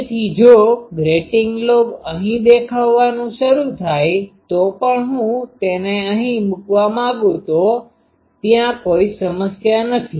તેથી જો grating lobe અહીં દેખાવાનું શરૂ થાય તો પણ હું તેને અહી મુકવા માગું તો ત્યાં કોઈ સમસ્યા નથી